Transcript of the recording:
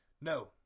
no